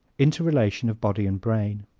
interrelation of body and brain